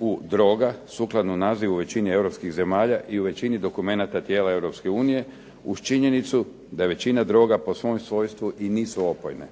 u droga, sukladno nazivu u većini europskih zemalja i u većini dokumenata tijela EU uz činjenicu da je većina droga po svom svojstvu i nisu opojne.